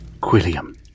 Quilliam